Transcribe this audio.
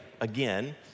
again